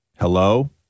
Hello